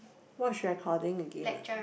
watch recording again ah